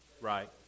right